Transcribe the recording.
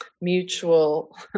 mutual